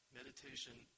meditation